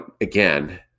again